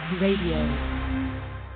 Radio